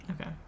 Okay